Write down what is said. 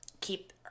keep